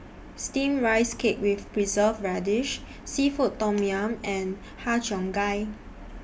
Steamed Rice Cake with Preserved Radish Seafood Tom Yum and Har Cheong Gai